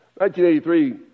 1983